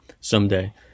someday